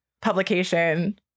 publication